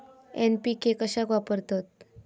NPK कशाक वापरतत?